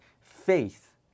faith